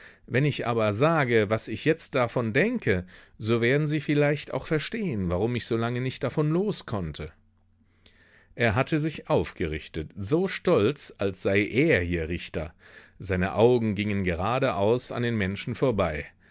wenn ich aber sage was ich jetzt davon denke so werden sie vielleicht auch verstehen warum ich so lange nicht davon loskonnte er hatte sich aufgerichtet so stolz als sei er hier richter seine augen gingen geradeaus an den menschen vorbei